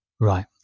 Right